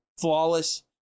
flawless